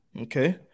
Okay